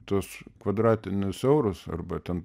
tuos kvadratinius eurus arba ten